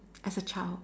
as a child